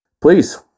please